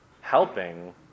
helping